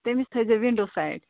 تٔمِس تھٲیزیو window side